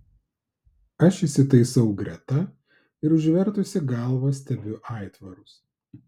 aš įsitaisau greta ir užvertusi galvą stebiu aitvarus